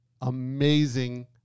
Amazing